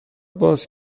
باز